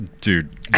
dude